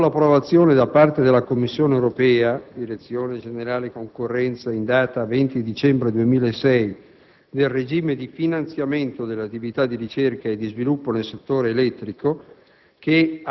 Dopo l'approvazione da parte della Commissione europea-Direzione generale concorrenza, in data 20 dicembre 2006, del regime di finanziamento alle attività di ricerca e sviluppo nel settore elettrico